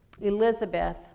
Elizabeth